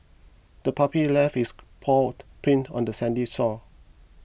the puppy left its paw print on the sandy shore